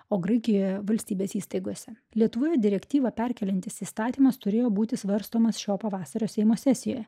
o graikijoje valstybės įstaigose lietuvoje direktyvą perkeliantis įstatymas turėjo būti svarstomas šio pavasario seimo sesijoje